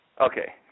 Okay